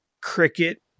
cricket